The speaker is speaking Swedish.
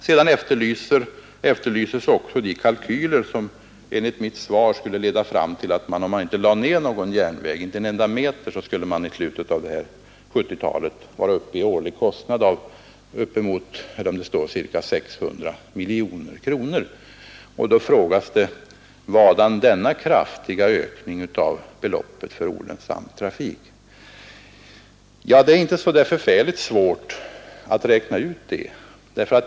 Sedan efterlyses också de kalkyler som enligt mitt svar skulle leda fram till att man, om man inte lade ned en enda meter järnväg, i slutet av 1970-talet skulle vara uppe i en årlig kostnad av cirka 600 miljoner kronor. Det frågas: Vadan denna kraftiga ökning av beloppet för bidrag till olönsam trafik? Ja, det är inte så förfärligt svårt att räkna ut det.